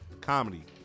comedy